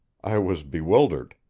i was bewildered.